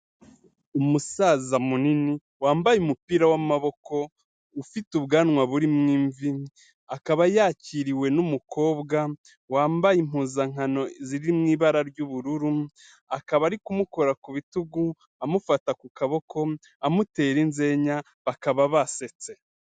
Umusaza munini, wambaye umupira w'amaboko, ufite ubwanwa burimo imvi, akaba yakiriwe n'umukobwa, wambaye impuzankano ziri mu ibara ry'ubururu, akaba ari kumukora ku bitugu, amufata ku kaboko, amutera inzenya bakaba basetse.